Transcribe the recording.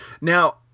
Now